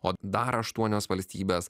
o dar aštuonios valstybės